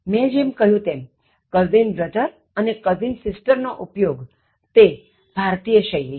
મેં જેમ કહ્યું તેમ cousin brother અને cousin sister નો ઉપયોગ તે ભારતીય શૈલી છે